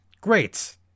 Great